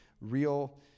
real